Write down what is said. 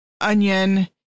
onion